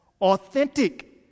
authentic